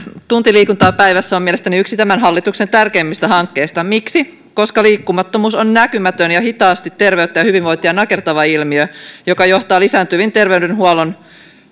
tunti liikuntaa päivässä on mielestäni yksi tämän hallituksen tärkeimmistä hankkeista miksi koska liikkumattomuus on näkymätön ja hitaasti terveyttä ja hyvinvointia nakertava ilmiö joka johtaa lisääntyviin terveydenhuollon